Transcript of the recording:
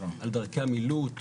על דרכי המילוט,